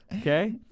Okay